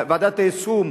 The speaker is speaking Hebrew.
ועדת היישום,